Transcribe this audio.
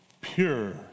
pure